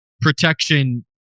protection